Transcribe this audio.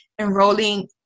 enrolling